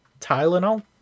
tylenol